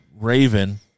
Raven